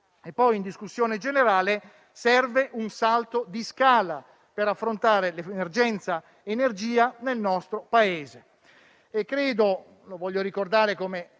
della discussione generale, serve un salto di scala per affrontare l'emergenza energia nel nostro Paese.